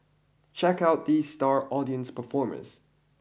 check out these star audience performers